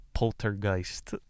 poltergeist